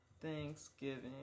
Thanksgiving